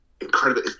incredible